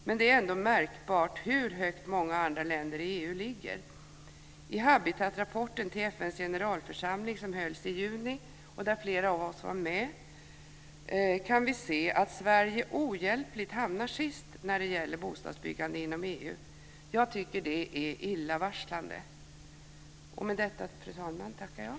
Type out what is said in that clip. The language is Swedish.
Men det är ändå märkbart hur högt många andra länder i Europa ligger. I Habitatrapporten till FN:s generalförsamling i juni, där flera av oss var med, kan vi se att Sverige ohjälpligt hamnar sist när det gäller bostadsbyggande inom EU. Jag tycker att det är illavarslande. Med detta, fru talman, tackar jag.